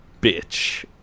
bitch